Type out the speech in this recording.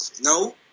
No